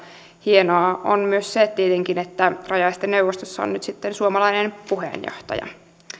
hienoa on myös se tietenkin että rajaesteneuvostossa on nyt sitten suomalainen puheenjohtaja